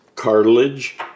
cartilage